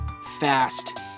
Fast